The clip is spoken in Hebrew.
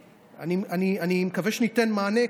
אני מקווה שניתן מענה.